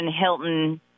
Hilton